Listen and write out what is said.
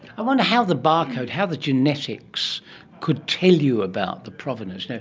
i wonder how the barcode, how the genetics could tell you about the provenance.